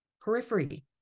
periphery